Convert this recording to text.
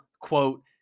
quote